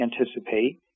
anticipate